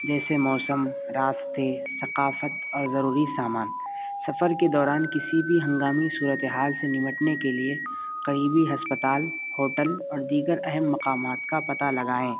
جیسے موسم راستے ثقافت اور ضروری سامان سفر کے دوران کسی بھی ہنگامی صورت حال سے ںمٹنے کے لیے قریبی ہسپتال ہوٹل اور دیگر اہم مقامات کا پتہ لگائیں